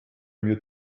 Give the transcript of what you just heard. mir